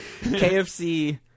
KFC